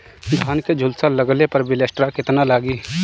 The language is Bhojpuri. धान के झुलसा लगले पर विलेस्टरा कितना लागी?